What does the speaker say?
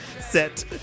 set